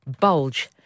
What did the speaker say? bulge